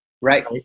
Right